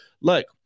Look